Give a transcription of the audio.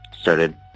started